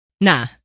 Nah